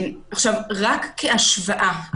רק כהשוואה,